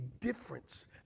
difference